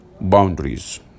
boundaries